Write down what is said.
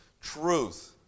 truth